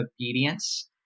obedience